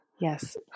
yes